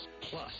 Plus